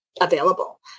available